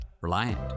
Reliant